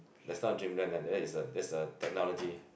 that's not dreamland lah that one is a is a technology